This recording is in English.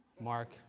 Mark